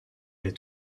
est